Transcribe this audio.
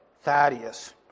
Thaddeus